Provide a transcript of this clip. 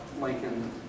lincoln